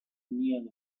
neal